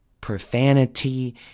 profanity